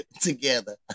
together